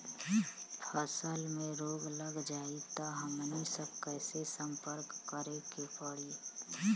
फसल में रोग लग जाई त हमनी सब कैसे संपर्क करें के पड़ी?